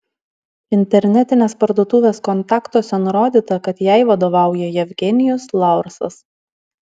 internetinės parduotuvės kontaktuose nurodyta kad jai vadovauja jevgenijus laursas